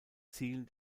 ziel